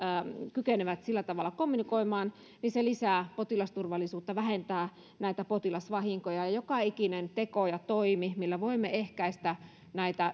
kykenevät sillä tavalla kommunikoimaan lisää potilasturvallisuutta vähentää potilasvahinkoja ja joka ikinen teko ja toimi jolla voimme ehkäistä